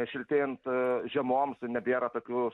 šiltėjant žiemoms ir nebėra tokių